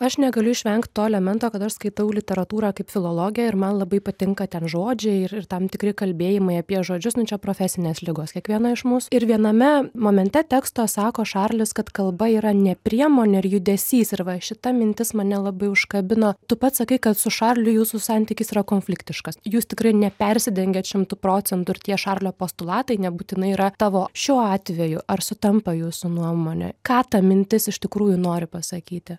aš negaliu išvengt to elemento kad aš skaitau literatūrą kaip filologė ir man labai patinka ten žodžiai ir ir tam tikri kalbėjimai apie žodžius nu čia jau profesinės ligos kiekvieno iš mūsų ir viename momente teksto sako šarlis kad kalba yra ne priemonė ar judesys ir va šita mintis mane labai užkabino tu pats sakei kad su šarliu jūsų santykis yra konfliktiškas jūs tikrai nepersidengiat šimtu procentų ir tie šarlio postulatai nebūtinai yra tavo šiuo atveju ar sutampa jūsų nuomone ką ta mintis iš tikrųjų nori pasakyti